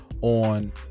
on